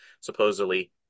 supposedly